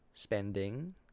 spending